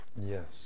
Yes